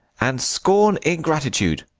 and scorn ingratitude.